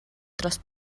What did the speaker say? dros